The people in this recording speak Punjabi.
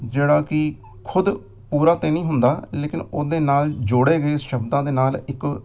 ਜਿਹੜਾ ਕਿ ਖੁਦ ਪੂਰਾ ਤਾਂ ਨਹੀਂ ਹੁੰਦਾ ਲੇਕਿਨ ਉਹਦੇ ਨਾਲ ਜੋੜੇ ਗਏ ਸ਼ਬਦਾਂ ਦੇ ਨਾਲ ਇੱਕ